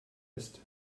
ist